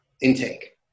intake